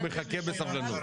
הוא מחכה בסבלנות.